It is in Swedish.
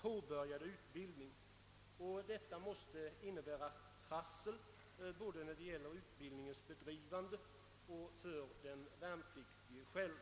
påbörjade utbildning, vilket inneburit trassel både för utbildningens bedrivande och för den värnpliktige själv.